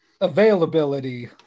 availability